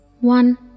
one